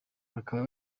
bakaba